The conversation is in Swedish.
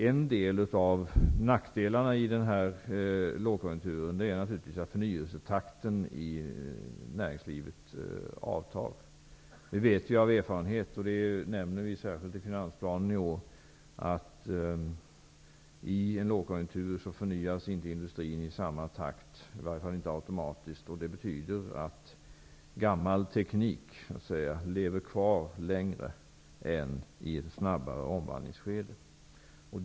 En av nackdelarna i lågkonjunkturen är naturligtvis att förnyelsetakten i näringslivet avtar. Vi vet av erfarenhet -- det nämner vi särskilt i finansplanen i år -- att industrin inte förnyas i samma takt, i varje fall inte automatiskt. Det betyder att gammal teknik lever kvar längre i en lågkonjunktur än i ett snabbare omvandlingsskede.